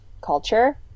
culture